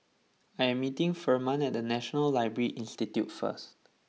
I am meeting Ferman at National Library Institute first